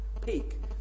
peak